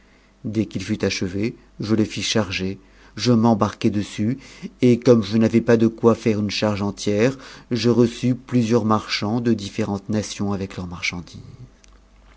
dès qu'il fut achevé je le fis charger je m'embarquai dessus et comme je n'avais pas de quoi faire une charge entière je reçus plusieurs marchands le mérentes nations avec leurs